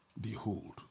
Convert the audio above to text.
Behold